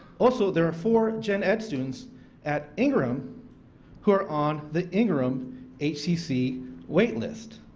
also, there are four gen ed students at ingram who are on the ingram hcc waitlist.